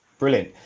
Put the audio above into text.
brilliant